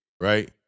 right